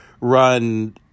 run